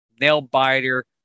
nail-biter